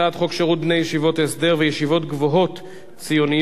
הצעת חוק שירות בני ישיבות הסדר וישיבות גבוהות ציוניות.